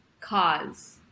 cause